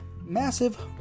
Massive